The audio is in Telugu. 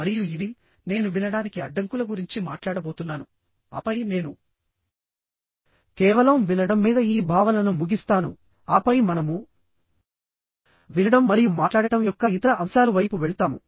మరియు ఇదినేను వినడానికి అడ్డంకుల గురించి మాట్లాడబోతున్నాను ఆపై నేను కేవలం వినడం మీద ఈ భావనను ముగిస్తాను ఆపై మనము వినడం మరియు మాట్లాడటం యొక్క ఇతర అంశాలు వైపు వెళ్తాము